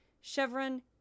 chevron